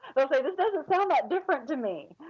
but it does not sound that different to me.